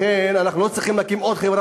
לכן אנחנו לא צריכים להקים עוד חברה